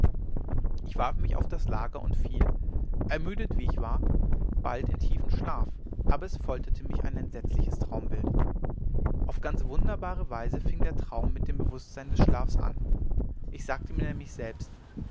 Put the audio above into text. ich warf mich auf das lager und fiel ermüdet wie ich war bald in tiefen schlaf aber es folterte mich ein entsetzliches traumbild auf ganz wunderbare weise fing der traum mit dem bewußtsein des schlafs an ich sagte mir nämlich selbst